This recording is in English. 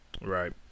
Right